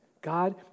God